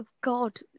god